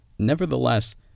Nevertheless